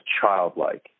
childlike